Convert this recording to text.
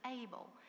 able